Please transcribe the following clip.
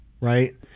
right